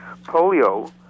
Polio